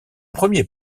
premier